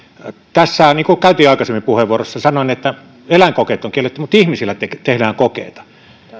niin kuin jo aikaisemmassa puheenvuorossani sanoin että eläinkokeet on kielletty mutta ihmisillä tehdään kokeita